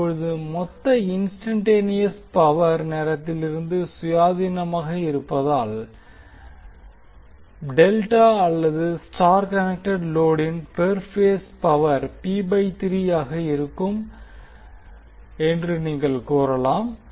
இப்போது மொத்த instantaneous power நேரத்திலிருந்து சுயாதீனமாக இருப்பதால் டெல்டா அல்லது ஸ்டார் கனெக்டெட் லோடின் பெர் பேஸ் பவர் ஆக இருக்கும் என்று நீங்கள் கூறலாம்